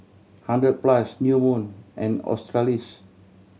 Hundred Plus New Moon and Australis